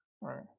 right